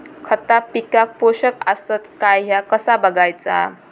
खता पिकाक पोषक आसत काय ह्या कसा बगायचा?